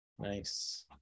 Nice